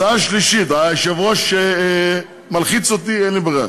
הצעה שלישית, היושב-ראש מלחיץ אותי, אין לי ברירה.